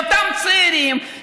לאותם צעירים,